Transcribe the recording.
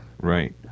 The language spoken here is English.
Right